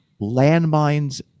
landmines